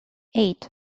eight